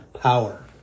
power